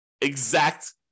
exact